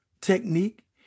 technique